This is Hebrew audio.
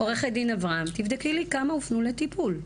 עורכת הדין אברהם, תבדקי לי כמה הופנו לטיפול.